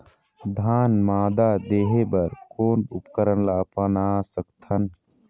धान मादा देहे बर कोन उपकरण ला अपना सकथन?